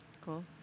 cool